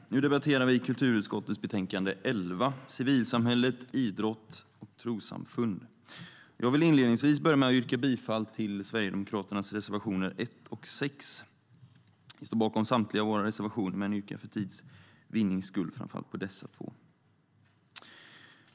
Herr talman! Vi debatterar kulturutskottets betänkande nr 11, Politik för det civila samhället inklusive idrott och trossamfund . Jag yrkar bifall till Sverigedemokraternas reservationer 1 och 6. Vi står bakom samtliga våra reservationer, men jag yrkar för tids vinnande enbart på dessa två.